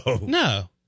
No